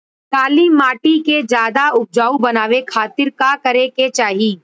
काली माटी के ज्यादा उपजाऊ बनावे खातिर का करे के चाही?